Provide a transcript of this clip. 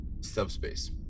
Subspace